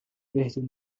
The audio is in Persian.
بهتون